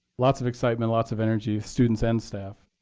lots of excitement, lots of energy of students and staff.